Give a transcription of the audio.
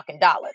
dollars